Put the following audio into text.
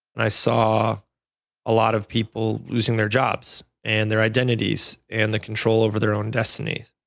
and i saw a lot of people losing their jobs and their identities, and the control over their own destinies.